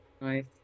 Nice